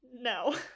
no